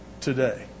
today